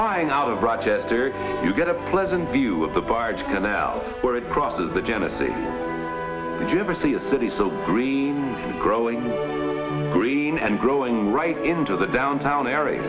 flying out of rochester you get a pleasant view of the barge canal where it crosses the genesee you ever see a city so green growing green and growing right into the downtown area